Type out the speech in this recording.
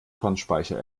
kornspeicher